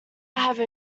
have